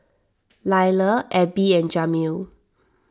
Lyla Abby and Jamil